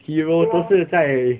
hero 都是在